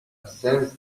ascends